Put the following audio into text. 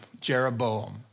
Jeroboam